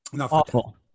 Awful